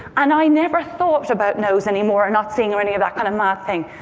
and i never thought about noes anymore, or not seeing, or any of that kind of nothing.